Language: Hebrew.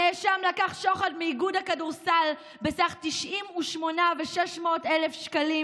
הנאשם לקח שוחד מאיגוד הכדורסל בסך 98,600 שקלים